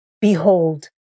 Behold